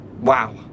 Wow